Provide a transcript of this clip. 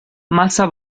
massa